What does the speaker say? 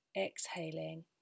exhaling